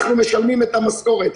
אנחנו משלמים את המשכורות.